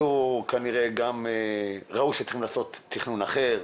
ראו שצריכים לעשות תכנון אחר.